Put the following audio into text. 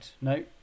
no